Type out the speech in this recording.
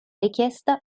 richiesta